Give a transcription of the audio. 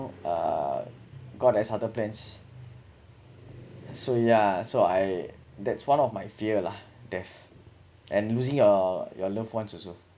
uh god has other plans so yeah so I that's one of my fear lah death and losing your your loved ones also